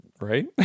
Right